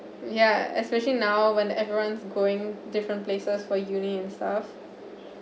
ya especially now when everyone's going different places for UNI and stuff